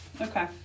Okay